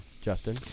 Justin